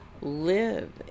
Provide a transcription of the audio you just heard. live